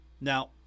Now